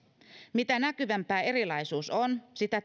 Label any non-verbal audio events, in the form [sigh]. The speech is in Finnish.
mitä näkyvämpää erilaisuus on sitä [unintelligible]